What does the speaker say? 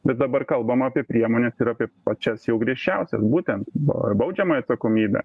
bet dabar kalbam apie priemones ir apie pačias jau griežčiausias būtent baudžiamąją atsakomybę